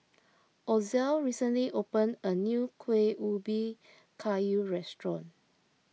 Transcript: Ozell recently opened a new Kueh Ubi Kayu restaurant